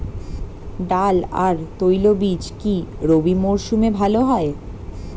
ডাল আর তৈলবীজ কি রবি মরশুমে ভালো হয়?